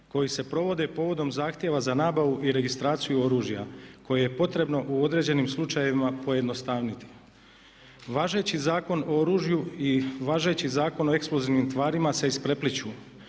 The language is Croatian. koji se provode povodom zahtjeva za nabavu i registraciju oružja koje je potrebno u određenim slučajevima pojednostavniti. Važeći Zakon o oružju i važeći Zakon o eksplozivnim tvarima se isprepliću